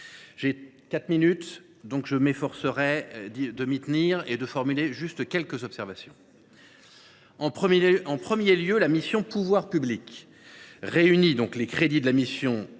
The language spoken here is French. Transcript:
de quatre minutes – je m’efforcerai de m’y tenir –, je formulerai juste quelques observations. En premier lieu, la mission « Pouvoirs publics » réunit les crédits de la Présidence